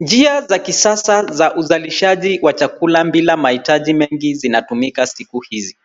Njia za kisasa za uzalishaji wa chakula bila mahitaji mengi zinatumika siku hizi.